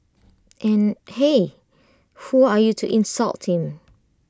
and hey who are you to insult him